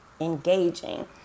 engaging